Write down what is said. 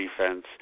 defense